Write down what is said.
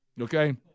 Okay